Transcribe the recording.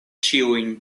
ĉiujn